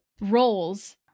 roles